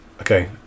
Okay